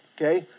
Okay